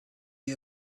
you